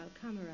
camera